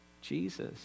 Jesus